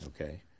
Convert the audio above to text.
okay